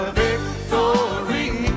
victory